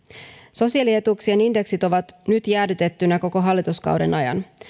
sosiaalietuuksien indeksit ovat nyt jäädytettyinä koko hallituskauden ajan